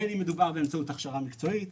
בין אם מדובר באמצעות הכשרה מקצועית,